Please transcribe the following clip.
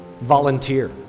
Volunteer